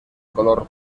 color